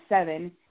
seven